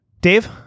dave